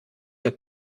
der